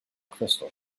crystal